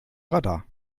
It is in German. radar